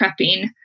prepping